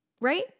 right